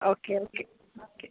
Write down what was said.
okay okay okay